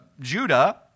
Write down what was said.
Judah